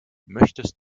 möchtest